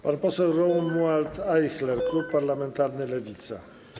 Pan poseł Romuald Ajchler, klub parlamentarny Lewica.